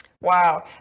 Wow